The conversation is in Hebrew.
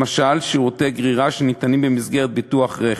למשל שירותי גרירה שניתנים במסגרת ביטוח רכב.